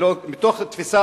מתוך תפיסה,